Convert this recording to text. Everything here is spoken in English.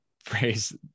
phrase